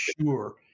sure